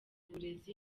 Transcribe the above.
uburezi